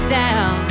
down